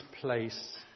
place